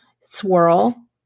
swirl